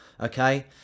okay